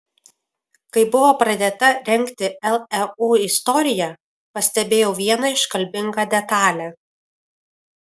kai buvo pradėta rengti leu istorija pastebėjau vieną iškalbingą detalę